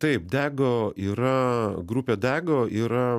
taip dego yra grupė dego yra